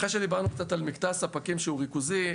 אחרי שדיברנו קצת על מקטע הספקים שהוא ריכוזי,